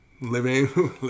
living